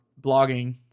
blogging